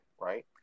right